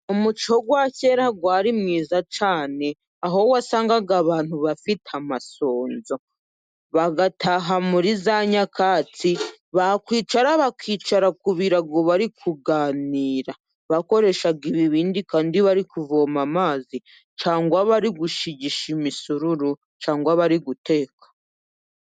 Umuco wa kera wari mwiza cyane, aho wasangaga abantu bafite amasunzu ,bagataha muri za nyakatsi bakwicara bakicara ku birago bari kuganira, bakoreshaga ibibindi ,kandi bari kuvoma amazi cyangwa bari gushigisha imisururu, cyangwa bari guteka.